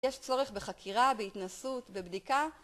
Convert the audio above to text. יש צורך בחקירה, בהתנסות, בבדיקה?